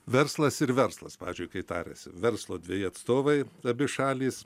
verslas ir verslas pavyzdžiui kai tariasi verslo dveji atstovai abi šalys